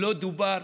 לא דובר?